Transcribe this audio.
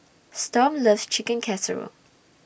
Storm loves Chicken Casserole